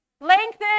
Lengthen